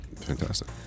fantastic